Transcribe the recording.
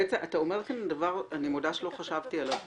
אתה בעצם אומר פה דבר שאני מודה שאני לא חשבתי עליו,